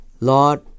Lord